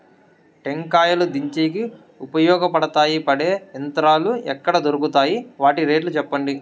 టెంకాయలు దించేకి ఉపయోగపడతాయి పడే యంత్రాలు ఎక్కడ దొరుకుతాయి? వాటి రేట్లు చెప్పండి?